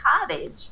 Cottage